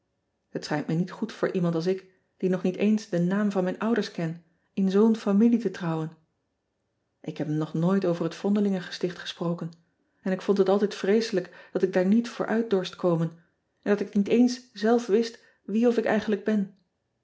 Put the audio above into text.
et schijnt me niet goed voor iemand als ik die nog niet eens de naam van mijn orders ken in zoo n familie te trouwen k heb hem nog nooit over het vondelingengesticht gesproken en ik vond het altijd vreeselijk dat ik daar niet voor uit dorst komen en dat ik niet eens zelf wist wie of ik eigenlijk ben